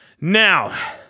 Now